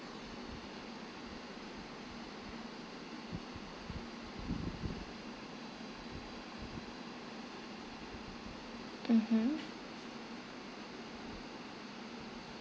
mmhmm